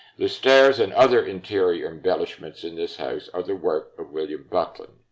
the stairs and other interior embellishments in this house are the work of william buckland.